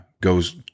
goes